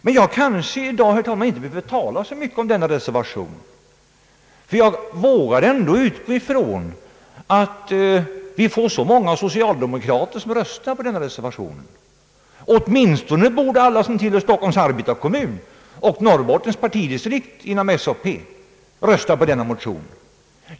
Men jag kanske inte, herr talman, i dag behöver tala så mycket om reservation 4. Jag vågar ändå utgå från att många socialdemokrater kommer att rösta för den reservationen. Åtminstone borde alla som tillhör Stockholms arbetarkommun och Norrbottens partidistrikt inom SAP göra det.